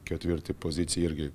ketvirti pozicija irgi